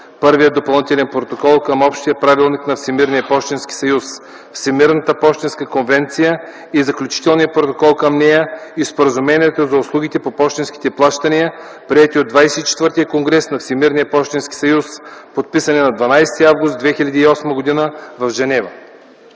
Първия допълнителен протокол към Общия правилник на Всемирния пощенски съюз, Всемирната пощенска конвенция и Заключителния протокол към нея и Споразумението за услугите по пощенските плащания, приети от ХХІV конгрес на Всемирния пощенски съюз, подписани на 12 август 2008 г. в Женева.”